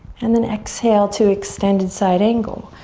and then exhale to extended side angle.